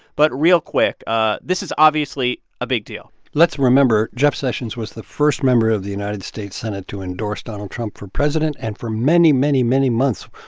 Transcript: but real quick, ah this is obviously a big deal let's remember, jeff sessions was the first member of the united states senate to endorse donald trump for president, and for many, many, many months,